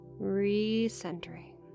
recentering